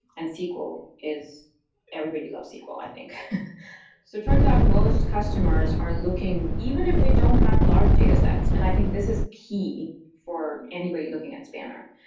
and sql is everybody loves sql, i think. so it turns out most customers are looking even if they don't have large datasets, and i think this is key for anybody looking at spanner,